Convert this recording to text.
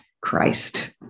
Christ